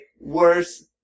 worse